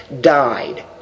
died